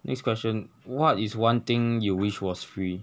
next question what is one thing you wish was free